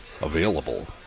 available